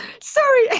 sorry